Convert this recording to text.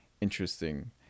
interesting